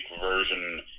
version